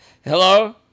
Hello